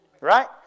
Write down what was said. Right